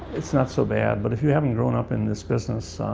it's not so bad, but if you haven't grown up in this business,